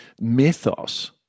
mythos